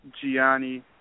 Gianni